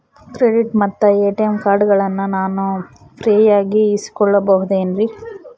Credit ಮತ್ತ ATM ಕಾರ್ಡಗಳನ್ನ ನಾನು ಫ್ರೇಯಾಗಿ ಇಸಿದುಕೊಳ್ಳಬಹುದೇನ್ರಿ?